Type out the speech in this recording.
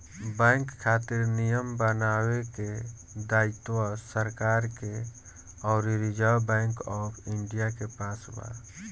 bank खातिर नियम बनावे के दायित्व सरकार के अउरी रिजर्व बैंक ऑफ इंडिया के पास बा